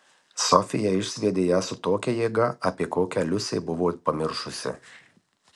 sofija išsviedė ją su tokia jėga apie kokią liusė buvo pamiršusi